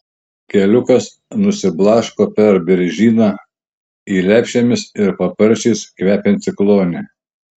keliukas nusiblaško per beržyną į lepšėmis ir paparčiais kvepiantį klonį